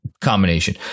combination